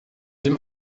dem